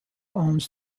owns